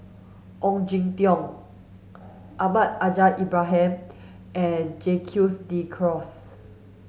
Ong Jin Teong Almahdi Al Haj Ibrahim and Jacques de Coutre